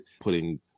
putting